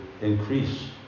increase